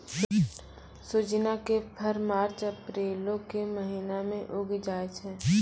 सोजिना के फर मार्च अप्रीलो के महिना मे उगि जाय छै